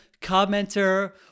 commenter